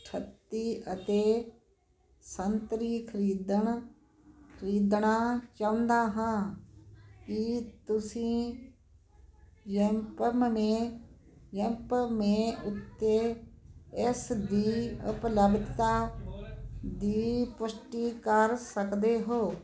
ਅਠੱਤੀ ਅਤੇ ਸੰਤਰੀ ਖਰੀਦਣ ਖਰੀਦਣਾ ਚਾਹੁੰਦਾ ਹਾਂ ਕੀ ਤੁਸੀਂ ਜਿਪੰਮਮੇ ਜਿੰਪਮੇ ਉੱਤੇ ਇਸ ਦੀ ਉਪਲੱਬਧਤਾ ਦੀ ਪੁਸ਼ਟੀ ਕਰ ਸਕਦੇ ਹੋ